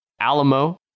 Alamo